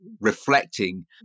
reflecting